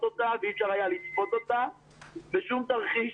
אותה ואי-אפשר היה לצפות אותה בשום תרחיש.